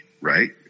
right